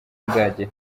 nzagira